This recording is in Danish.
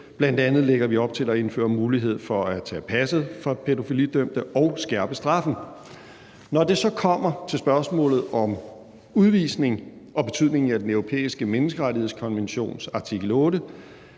Bl.a. lægger vi op til, at der indføres mulighed for at tage passet fra pædofilidømte og skærpe straffen. Når det så kommer til spørgsmålet om udvisning og betydningen af Den Europæiske Menneskerettighedskonventions artikel